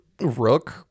Rook